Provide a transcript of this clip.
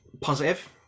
positive